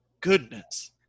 goodness